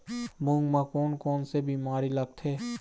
मूंग म कोन कोन से बीमारी लगथे?